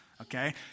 okay